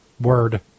word